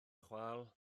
chwâl